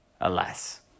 alas